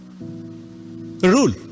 rule